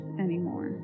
anymore